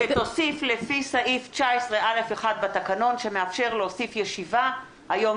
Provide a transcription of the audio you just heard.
שתוסיף לפי סעיף 19(א)(1) בתקנון שמאפשר להוסיף ישיבה היום,